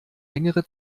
längere